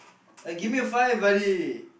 gimme a five buddy